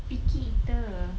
picky eater